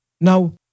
Now